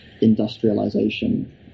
industrialization